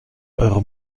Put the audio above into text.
eure